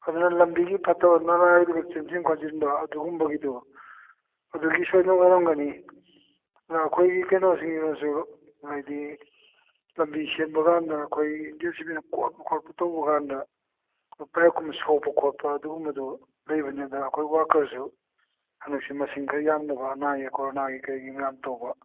ꯑꯗꯨꯅ ꯂꯝꯕꯤꯒꯤ ꯐꯠꯇꯕ ꯅꯂꯥꯗꯨꯅꯔꯥ ꯆꯦꯟꯁꯤꯟ ꯈꯣꯠꯆꯤꯟꯕ ꯑꯗꯨꯒꯨꯝꯕꯒꯤꯗꯨ ꯑꯗꯨꯒꯤ ꯁꯣꯏꯗꯅ ꯑꯣꯏꯔꯝꯒꯅꯤ ꯑꯩꯈꯣꯏꯒꯤ ꯀꯩꯅꯣꯁꯤꯡꯗꯨꯅꯁꯨ ꯍꯥꯏꯗꯤ ꯂꯝꯕꯤ ꯁꯦꯝꯕ ꯀꯥꯟꯗ ꯑꯩꯈꯣꯏ ꯖꯦ ꯁꯤ ꯕꯤꯅ ꯀꯣꯠꯄ ꯈꯣꯠꯄ ꯇꯧꯕ ꯀꯥꯟꯗ ꯄꯥꯏꯞꯀꯨꯝ ꯁꯣꯛꯄ ꯈꯣꯠꯄ ꯑꯗꯨꯒꯨꯝꯕꯗꯨ ꯂꯩꯕꯅꯤ ꯑꯗ ꯑꯩꯈꯣꯏ ꯋꯥꯀꯔꯁꯨ ꯍꯟꯗꯛꯁꯤ ꯃꯁꯤꯡ ꯈꯔ ꯌꯥꯝꯗꯕ ꯑꯅꯥ ꯑꯌꯦꯛ ꯀꯣꯔꯣꯅꯥꯒꯤ ꯀꯔꯤꯒꯤ ꯃꯌꯥꯝ ꯇꯧꯕ